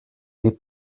mais